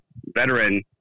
veteran